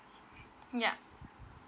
yup